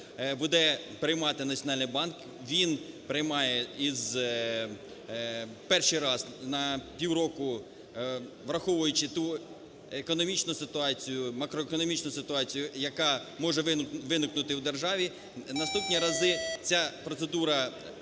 Він приймає із… перший раз на півроку, враховуючи ту економічну ситуацію, макроекономічну ситуацію, яка може виникнути у державі. Наступні рази ця процедура